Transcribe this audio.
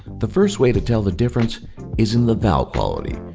the first way to tell the difference is in the vowel quality.